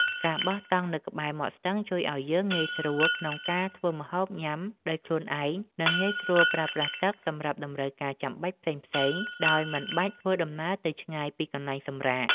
ការបោះតង់នៅក្បែរមាត់ស្ទឹងជួយឱ្យយើងងាយស្រួលក្នុងការធ្វើម្ហូបញ៉ាំដោយខ្លួនឯង និង ងាយស្រួលប្រើប្រាស់ទឹកសម្រាប់តម្រូវការចាំបាច់ផ្សេងៗដោយមិនបាច់ធ្វើដំណើរទៅឆ្ងាយពីកន្លែងសម្រាក។